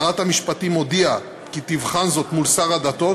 שרת המשפטים הודיעה כי תבחן זאת מול השר לשירותי דת,